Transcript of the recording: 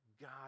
god